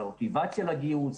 על המוטיבציה לגיוס,